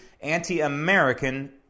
anti-American